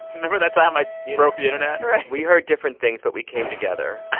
remember that time i broke the internet? right we heard different things, but we came together